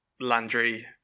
Landry